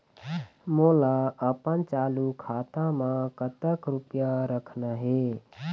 मोला अपन चालू खाता म कतक रूपया रखना हे?